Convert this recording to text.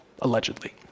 allegedly